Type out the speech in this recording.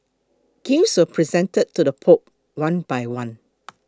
gifts were presented to the Pope one by one